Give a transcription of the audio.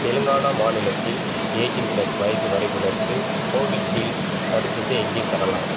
தெலுங்கானா மாநிலத்தில் eighteen plus வயது வரம்பினருக்கு கோவிஷீல்டு தடுப்பூசியை எங்கே பெறலாம்